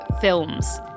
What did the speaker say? films